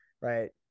right